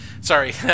Sorry